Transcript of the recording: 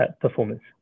performance